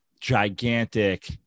gigantic